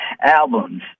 albums